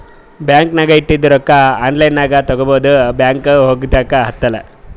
bank ನಾಗ್ ಇಟ್ಟಿದು ರೊಕ್ಕಾ ಆನ್ಲೈನ್ ನಾಗೆ ತಗೋಬೋದು ಬ್ಯಾಂಕ್ಗ ಹೋಗಗ್ದು ಹತ್ತಲ್